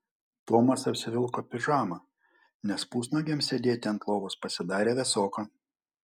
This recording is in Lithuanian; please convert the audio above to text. tomas apsivilko pižamą nes pusnuogiam sėdėti ant lovos pasidarė vėsoka